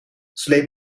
sleep